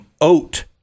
oat